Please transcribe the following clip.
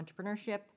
entrepreneurship